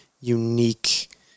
unique